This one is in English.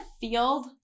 field